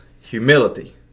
humility